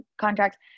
contracts